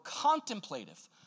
contemplative